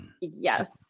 Yes